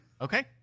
okay